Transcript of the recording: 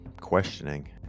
questioning